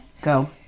Go